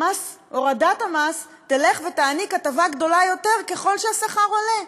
הורדת המס תעניק הטבה גדולה יותר ויותר ככל שהשכר עולה.